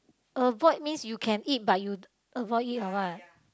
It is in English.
avoid means you can eat but you avoid it or what